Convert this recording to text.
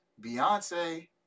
Beyonce